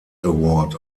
award